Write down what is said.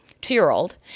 two-year-old